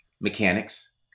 mechanics